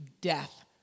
death